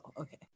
okay